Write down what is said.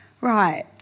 Right